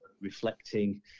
reflecting